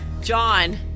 John